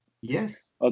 Yes